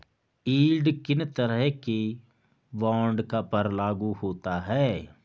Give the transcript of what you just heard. Yield किन तरह के बॉन्ड पर लागू होता है?